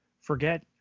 forget